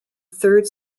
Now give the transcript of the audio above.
third